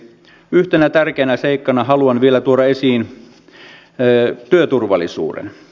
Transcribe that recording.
yhtenä tärkeänä seikkana haluan vielä tuoda esiin työturvallisuuden